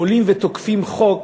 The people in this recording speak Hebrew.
עולים ותוקפים חוק